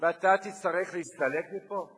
ואתה תצטרך להסתלק מפה?